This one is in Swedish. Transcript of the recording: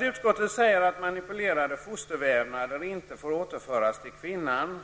Utskottet säger att manipulerade fostervävnader inte får återföras till kvinnan,